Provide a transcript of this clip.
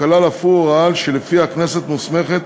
שכלל אף הוא הוראה שלפיה הכנסת מוסמכת